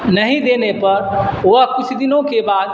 نہیں دینے پر وہ کچھ دنوں کے بعد